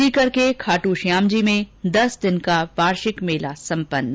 सीकर के खाटूश्यामजी में में दस दिन का वार्षिक मेला सम्पन्न